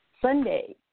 Sunday